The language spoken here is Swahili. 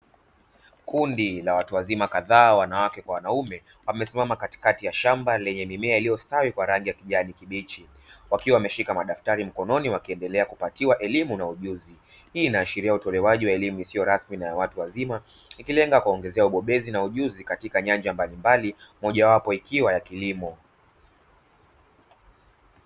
Kundi la watu wazima kadhaa wanawake kwa wanaume wamesimama katikati ya shamba lenye mimea iliyostawi kwa rangi ya kijani kibichi wakiwa wameshika madaftari mkononi wakiendelea kupatiwa elimu na ujuzi. Hi inaashiria utolewaji wa elimu isiyo rasmi n ya watu wazima ikienga kuwaongezea ubobezi na ujuzi katika nyanja mbalimbali moja wapo ikiwa ya kilimo.